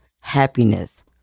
happiness